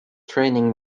training